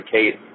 Kate